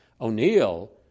O'Neill